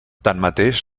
tanmateix